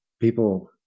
People